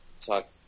talk